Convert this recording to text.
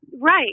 Right